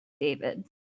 David